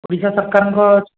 ଓଡ଼ିଶା ସରକାରଙ୍କ